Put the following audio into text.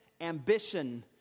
ambition